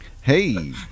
Hey